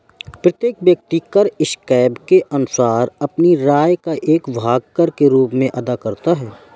प्रत्येक व्यक्ति कर स्लैब के अनुसार अपनी आय का एक भाग कर के रूप में अदा करता है